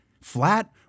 flat